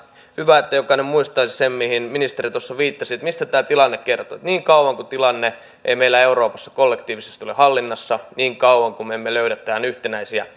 hyvä että jokainen muistaisi sen mihin ministeri tuossa viittasi eli mistä tämä tilanne kertoo niin kauan kuin tilanne ei meillä euroopassa kollektiivisesti ole hallinnassa niin kauan kuin me emme löydä tähän yhtenäisiä